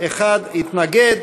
אחד מתנגד.